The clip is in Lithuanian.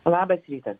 labas rytas